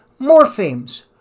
morphemes